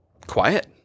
quiet